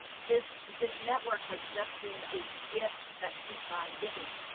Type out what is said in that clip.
and this this network has just been a gift that keeps on giving.